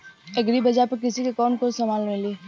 Agri बाजार पर कृषि के कवन कवन समान मिली?